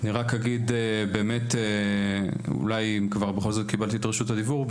אני רק אגיד בשני משפטים כי בכל זאת קיבלתי את רשות הדיבור,